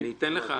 אני אתן לך.